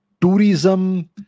tourism